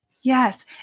Yes